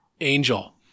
angel